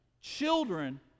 Children